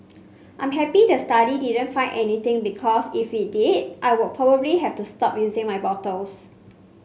I'm happy the study didn't find anything because if it did I would probably have to stop using my bottles